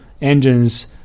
engines